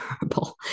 terrible